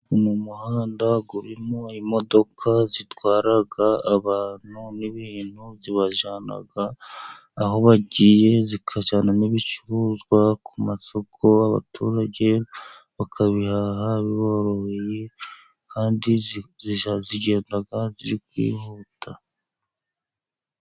Mu muhanda urimo imodoka zitwaraga abantu n'ibintu ,zibajyana aho bagiye zikajyana n'ibicuruzwa ku masoko ,abaturage bakabihaha biboroheye kandi zigenda ziri kwihuta.